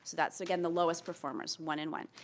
that's, again, the lowest performers, one and one.